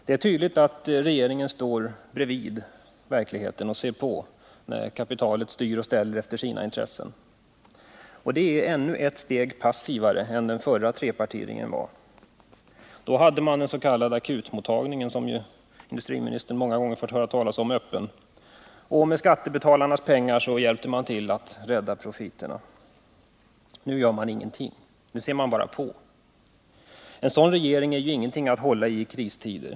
Det är tydligt att regeringen står bredvid verkligheten och ser på när kapitalet styr och ställer efter sina intressen. Regeringen är ännu ett steg passivare än den förra trepartiregeringen var. Då hade man den s.k. akutmottagningen, som industriministern många gånger fått höra talas om, öppen, och med skattebetalarnas pengar hjälpte man till att rädda profiterna. Nu gör man ingenting. Nu ser man bara på. En sådan regering är ingenting att hålla sig till i kristider.